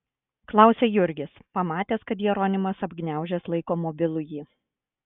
klausia jurgis pamatęs kad jeronimas apgniaužęs laiko mobilųjį